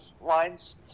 lines